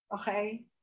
okay